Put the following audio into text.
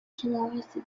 generosity